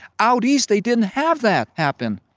out east, they didn't have that happen.